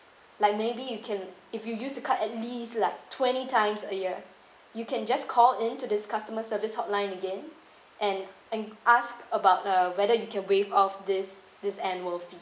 like maybe you can if you use to card at least like twenty times a year you can just call in to this customer service hotline again and and ask about uh whether you can waive off this this annual fee